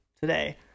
today